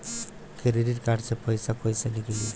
Credit card से पईसा केइसे निकली?